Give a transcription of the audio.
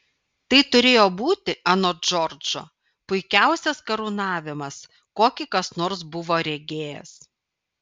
tai turėjo būti anot džordžo puikiausias karūnavimas kokį kas nors buvo regėjęs